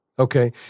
Okay